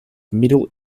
middle